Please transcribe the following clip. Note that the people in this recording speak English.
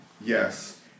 Yes